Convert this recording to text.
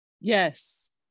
Yes